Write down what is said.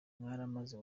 waramaze